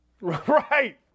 Right